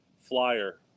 flyer